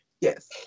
Yes